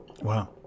Wow